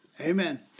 Amen